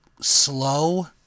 slow